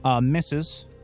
Misses